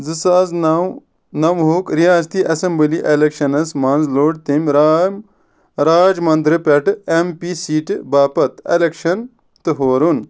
زٕ ساس نَو نَوہُک رِیاستی اسمبلی اِلیکشنَس منٛز لوٚڑ تٔمۍ رام راج منٛدرٕ پٮ۪ٹھ ایٚم پی سیٖٹہِ باپتھ الیٚکشن تہٕ ہورُن